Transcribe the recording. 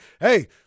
Hey